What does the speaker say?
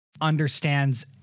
understands